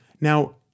Now